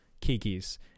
Kiki's